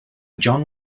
john